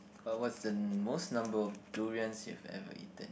but what's the most number of durians you've ever eaten